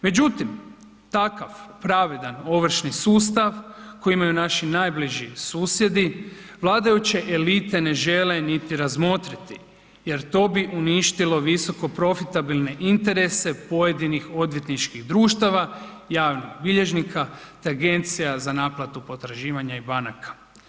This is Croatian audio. Međutim, takav pravedan ovršni sustav koji imaju naši najbliži susjedi, vladajuće elite ne žele niti razmotriti jer to bi uništilo visoko profitabilne interese pojedinih odvjetničkih društava, javnih bilježnika te agencija za naplatu potraživanja i banaka.